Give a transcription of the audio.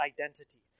identity